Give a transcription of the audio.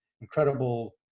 incredible